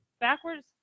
Backwards